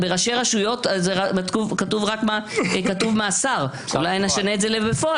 בראשי רשויות כתוב מאסר, אולי נשנה את זה ל"בפועל"